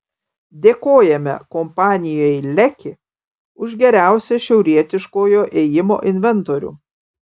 dėkojame kompanijai leki už geriausią šiaurietiškojo ėjimo inventorių